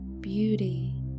beauty